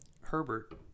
Herbert